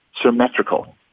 symmetrical